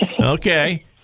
Okay